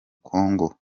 congo